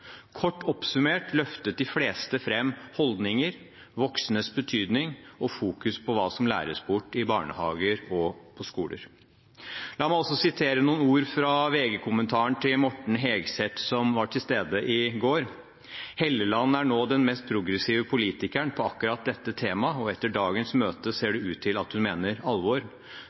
Kort oppsummert løftet de fleste fram holdninger, voksnes betydning og det å fokusere på hva som læres bort i barnehager og på skoler. La meg også sitere noen ord fra VG-kommentaren til Morten Hegseth, som var til stede i går: «Helleland er nå den mest progressive politikeren på akkurat dette temaet, og etter dagens møte ser det ut til at hun mener alvor.»